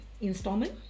installment